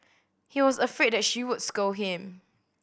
he was afraid that she would scold him